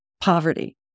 poverty